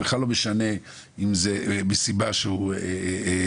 זה בכלל לא משנה אם זה מסיבה שהוא חרדי,